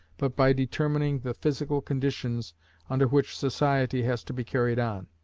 but by determining the physical conditions under which society has to be carried on.